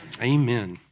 Amen